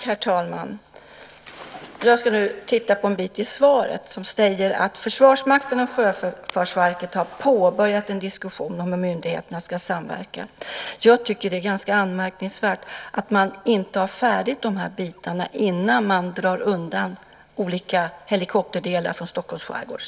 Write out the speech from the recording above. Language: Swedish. Herr talman! I det skriftliga svaret sägs att Försvarsmakten och Sjöfartsverket påbörjat en diskussion om hur myndigheterna ska samverka. Jag tycker att det är ganska anmärkningsvärt att detta inte är färdigt innan man drar undan olika delar av helikopterverksamheten från Stockholms skärgård.